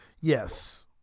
Yes